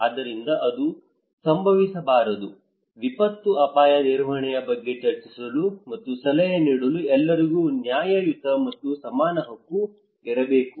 ಆದ್ದರಿಂದ ಅದು ಸಂಭವಿಸಬಾರದು ವಿಪತ್ತು ಅಪಾಯ ನಿರ್ವಹಣೆಯ ಬಗ್ಗೆ ಚರ್ಚಿಸಲು ಮತ್ತು ಸಲಹೆ ನೀಡಲು ಎಲ್ಲರಿಗೂ ನ್ಯಾಯಯುತ ಮತ್ತು ಸಮಾನ ಹಕ್ಕು ಇರಬೇಕು